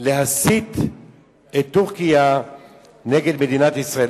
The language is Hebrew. להסית את טורקיה נגד מדינת ישראל.